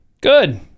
Good